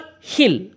hill